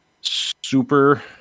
super